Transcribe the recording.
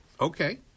Okay